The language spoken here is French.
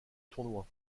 tournoi